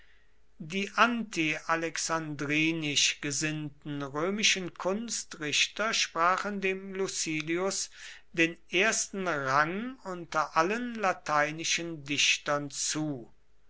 die antialexandrinisch gesinnten römischen kunstrichter sprachen dem lucilius den ersten rang unter allen lateinischen dichtern zu